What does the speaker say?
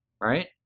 Right